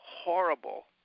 Horrible